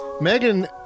Megan